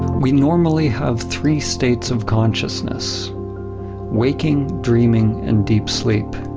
we normally have three states of consciousness waking, dreaming, and deep sleep.